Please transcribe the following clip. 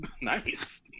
Nice